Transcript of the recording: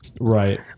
Right